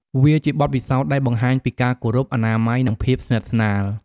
វាជាបទពិសោធន៍ដែលបង្ហាញពីការគោរព អនាម័យ និងភាពស្និទ្ធស្នាល។